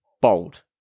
Bold